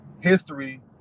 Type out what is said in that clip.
history